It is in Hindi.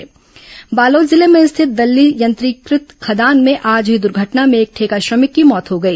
बार्लोद जिले में स्थित दल्ली यंत्रीकृत खदान में आज हुई दुर्घटना में एक ठेका श्रमिक की मौत हो गई